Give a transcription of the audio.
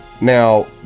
Now